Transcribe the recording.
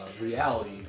reality